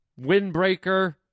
windbreaker